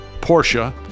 Porsche